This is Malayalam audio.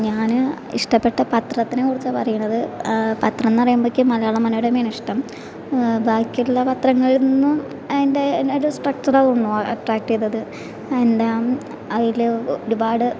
ഞാൻ ഇഷ്ടപ്പെട്ട പത്രത്തിനെ കുറിച്ചാണ് പറയണത് പത്രം എന്ന് പറയുമ്പോഴേക്കും മലയാള മനോരമയാണ് ഇഷ്ടം ബാക്കിയുള്ള പത്രങ്ങളിൽ നിന്ന് അതിൻ്റെ അതിൻ്റെ സ്ട്രക്ചർ ആണെന്ന് തോന്നുന്നു അട്രാക്ട് ചെയ്തത് എന്താ അതിൽ ഒരുപാട്